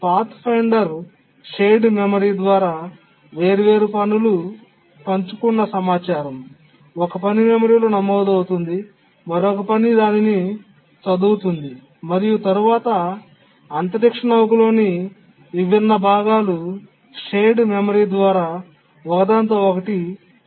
పాత్ఫైండర్లో shared memory ద్వారా వేర్వేరు పనులు పంచుకున్న సమాచారం ఒక పని మెమరీ లో నమోదు అవుతుంది మరొక పని దాన్ని చదువుతుంది మరియు తరువాత అంతరిక్ష నౌకలోని విభిన్న భాగాలు షేర్డ్ మెమరీ ద్వారా ఒకదానితో ఒకటి సంభాషించగలవు